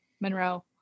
Monroe